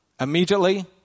Immediately